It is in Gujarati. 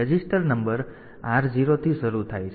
તેથી રજીસ્ટર નંબર R0 થી શરૂ થાય છે